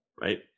Right